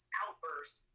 outbursts